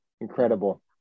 Incredible